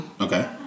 Okay